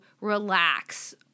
relax